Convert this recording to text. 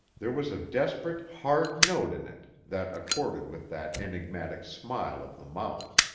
there was a desperate, hard note in it that accorded with that enigmatic smile of the mouth.